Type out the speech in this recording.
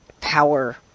power